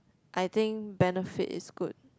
I think Benefit is good